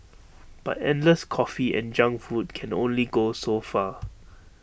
but endless coffee and junk food can only go so far